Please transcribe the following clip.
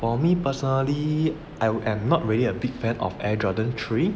for me personally I am not really a big fan of air jordan three